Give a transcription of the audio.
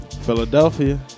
Philadelphia